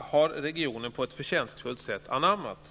har regionen på ett förtjänstfullt sätt anammat.